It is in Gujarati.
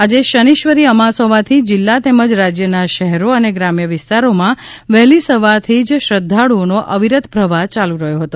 આજે શનિશ્વરી અમાસ હોવાથી જિલ્લા તેમજ રાજ્યના શહેરો અને ગ્રામ્ય વિસ્તારોમાંથી વહેલી સવારથી જ શ્રદ્ધાળુઓનો અવિરત પ્રવાહ ચાલુ રહ્યો હતો